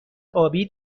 آبی